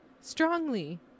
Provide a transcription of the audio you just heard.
strongly